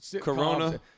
Corona